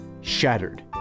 Shattered